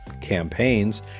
campaigns